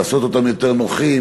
לעשות אותם יותר נוחים,